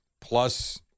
plus